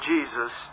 Jesus